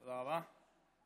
תודה רבה.